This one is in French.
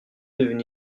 devenu